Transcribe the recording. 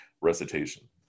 recitation